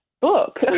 book